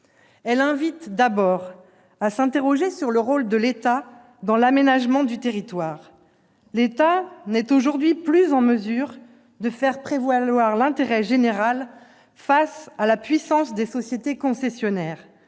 Elle invite d'abord à s'interroger sur le rôle de l'État dans l'aménagement du territoire. L'État n'est aujourd'hui plus en mesure de faire prévaloir l'intérêt général face à la puissance des sociétés concessionnaires